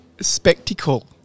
spectacle